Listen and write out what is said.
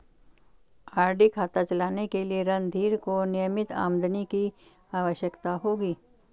RD खाता चलाने के लिए रणधीर को नियमित आमदनी की आवश्यकता होगी